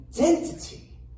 identity